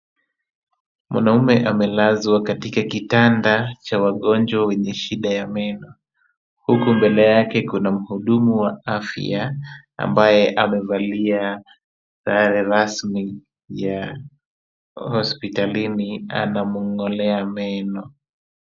Mwanamume amelazwa katika kitanda cha wagonjwa wenye shida ya meno, huku mbele yake kuna mhudumu wa afya ambaye amevalia sare rasmi ya hospitalini, anamng'olea meno.